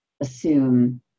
assume